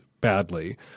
badly